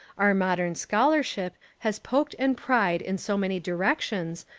our modern scholarship has poked and pried in so many directions,